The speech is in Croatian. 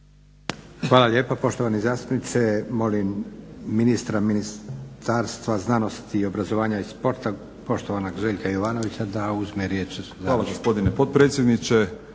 Hvala lijepa poštovani zastupniče. Molim ministra Ministarstva znanosti, obrazovanja i sporta poštovanog Željka Jovanovića da uzme riječ. **Jovanović, Željko